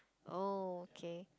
oh K